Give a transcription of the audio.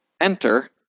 enter